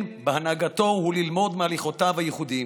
בהנהגתו וללמוד מהליכותיו הייחודיות.